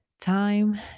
time